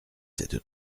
cette